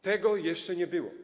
Tego jeszcze nie było.